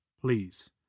Please